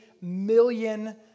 million